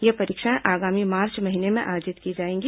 ये परीक्षाएं आगामी मार्च महीने में आयोजित की जाएंगी